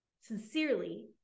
sincerely